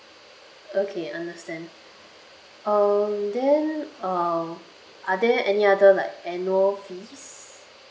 okay understand um then uh are there any other like annual fees